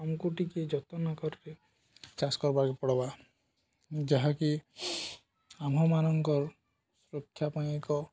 ଆମକୁ ଟିକେ ଯତ୍ନକରେ ଚାଷ କର୍ବାାର୍କ ପଡ଼୍ବା ଯାହାକି ଆମ୍ମଭମାନଙ୍କର ସୁରକ୍ଷା ପାଇଁ ଏକ